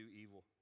evil